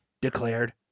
declared